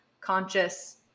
conscious